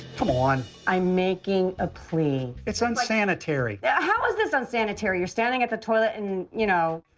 come on. i'm making a plea. it's unsanitary. yeah how is this unsanitary? you're standing at the toilet and, you know.